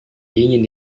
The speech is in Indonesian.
dingin